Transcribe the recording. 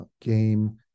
game